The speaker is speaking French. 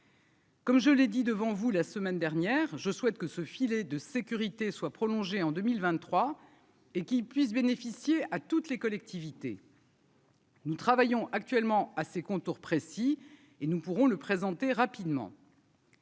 Comme je l'ai dit, devant vous, la semaine dernière, je souhaite que ce filet de sécurité soit prolongé en 2023 et qu'qui puisse bénéficier à toutes les collectivités. Nous travaillons actuellement à ses contours précis et nous pourrons le présenter rapidement.